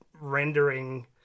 rendering